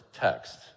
text